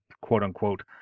quote-unquote